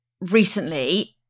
recently